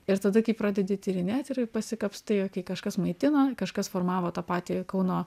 ir tada kai pradedi tyrinėt ir pasikapstai jog jį kažkas maitino kažkas formavo tą patį kauno